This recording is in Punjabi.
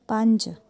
ਪੰਜ